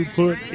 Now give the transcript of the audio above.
put